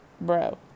bro